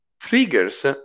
triggers